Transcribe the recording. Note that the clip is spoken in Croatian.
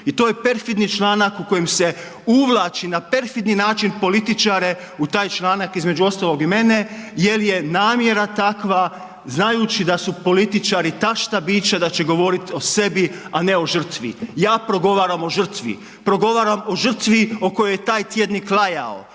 I to je perfidni članak u kojem se uvlaći na perfidni način političare u taj članak između ostalog i mene jer je namjera takva znajući da su političari tašta bića, da će govoriti o sebi a ne o žrtvi. Ja progovaram o žrtvi, progovaram o žrtvi o kojoj je taj tjednik lajao,